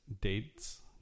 dates